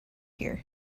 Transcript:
here